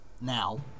now